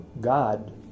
God